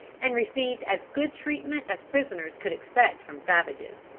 and received as good treatment as prisoners could expect from savages.